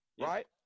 right